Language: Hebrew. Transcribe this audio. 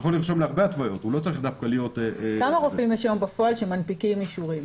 צריך לרדוף אחרי הרופאים המחדשים וליצור רגולציה.